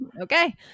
okay